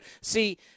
See